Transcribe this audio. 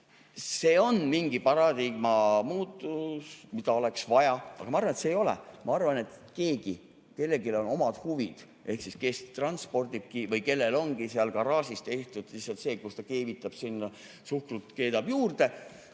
See on mingi paradigma muutus, mida oleks vaja. Aga ma arvan, et seda ei ole. Ma arvan, et kellelgi on omad huvid, sellel, kes transpordib või kellel ongi seal garaažis tehtud lihtsalt see koht, kus ta keevitab sinna suhkrut, keedab juurde.